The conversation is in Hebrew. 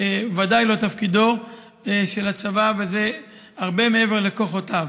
ודאי לא תפקידו של הצבא, וזה הרבה מעבר לכוחותיו.